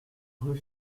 rue